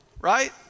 right